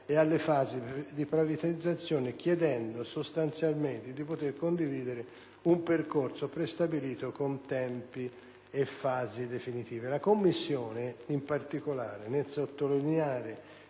e alle fasi di privatizzazione, chiedendo sostanzialmente di poter condividere un percorso prestabilito con tempi e fasi definitive. La Commissione, in particolare, nel sottolineare